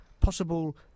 possible